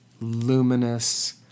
luminous